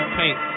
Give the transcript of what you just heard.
paint